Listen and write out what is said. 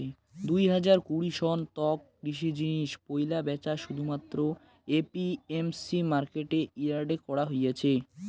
দুই হাজার কুড়ি সন তক কৃষি জিনিস পৈলা ব্যাচা শুধুমাত্র এ.পি.এম.সি মার্কেট ইয়ার্ডে করা গেইছে